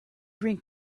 drink